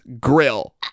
grill